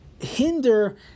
hinder